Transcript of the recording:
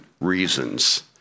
reasons